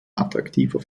attraktiver